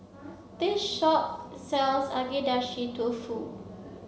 this shop sells Agedashi Dofu